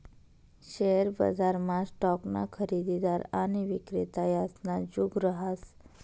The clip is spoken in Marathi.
शेअर बजारमा स्टॉकना खरेदीदार आणि विक्रेता यासना जुग रहास